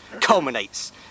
culminates